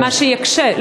מה שיקשה,